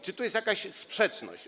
Czy tu jest jakaś sprzeczność?